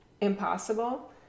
impossible